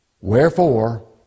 Wherefore